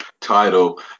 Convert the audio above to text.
title